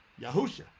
Yahusha